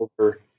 over